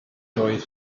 doedd